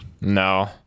No